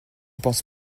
pense